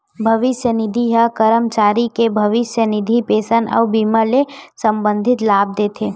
भविस्य निधि ह करमचारी के भविस्य निधि, पेंसन अउ बीमा ले संबंधित लाभ देथे